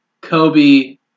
Kobe